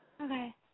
Okay